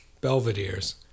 Belvedere's